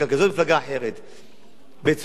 בצורה ברורה, לא קשור לנושא דתי או אחר.